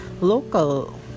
local